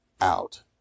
out